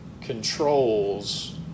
controls